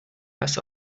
als